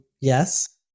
Yes